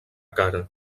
cara